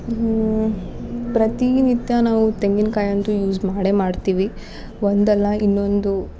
ಹ್ಞೂ ಪ್ರತಿನಿತ್ಯ ನಾವು ತೆಂಗಿನ್ಕಾಯಿ ಅಂತು ಯೂಸ್ ಮಾಡೇ ಮಾಡ್ತೀವಿ ಒಂದಲ್ಲ ಇನ್ನೊಂದು